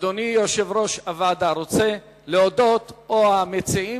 אדוני יושב-ראש הוועדה, רוצה להודות, או המציעים?